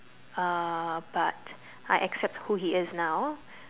uh but I accept who he is now